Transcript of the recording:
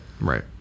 Right